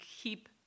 keep